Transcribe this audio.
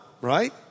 right